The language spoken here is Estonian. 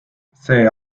see